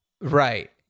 Right